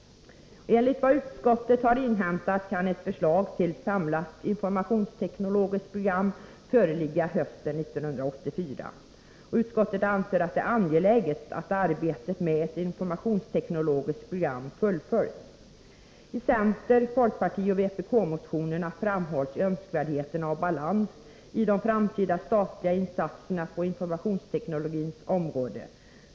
Enligt vad utskottet har inhämtat kan ett förslag till samlat informationsteknologiskt program föreligga hösten 1984. Utskottet anser att det är angeläget att arbetet med ett informationsteknologiskt program fullföljs. I center-, folkpartioch vpk-motionerna framhålls önskvärdheten av balans i de framtida insatserna på informationsteknologins område.